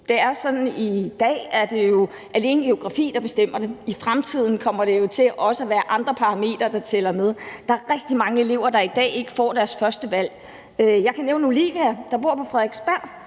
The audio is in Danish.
der bestemmer det, men i fremtiden kommer det er jo også til at være andre parametre, der tæller med. Der er rigtig mange elever, der i dag ikke får deres førstevalg. Jeg kan nævne Olivia, der bor på Frederiksberg.